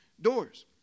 doors